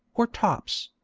or tops,